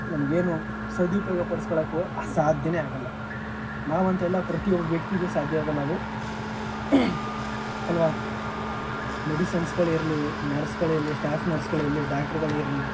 ನಮಗೇನು ಸದುಪಯೋಗ ಪಡ್ಸ್ಕೊಳ್ಳೋಕ್ಕೂ ಸಾಧ್ಯವೇ ಆಗೋಲ್ಲ ನಾವಂತಲ್ಲ ಪ್ರತಿಯೊಬ್ಬ ವ್ಯಕ್ತಿಗೂ ಸಾಧ್ಯ ಆಗೋಲ್ಲ ಅದು ಅಲ್ವ ಮೆಡಿಸನ್ಸ್ಗಳೇ ಇರಲಿ ನರ್ಸ್ಗಳೇ ಇರಲಿ ಸ್ಟಾಫ್ ನರ್ಸ್ಗಳೇ ಇರಲಿ ಡಾಕ್ಟ್ರ್ಗಳೇ ಇರಲಿ